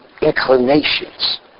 inclinations